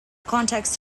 context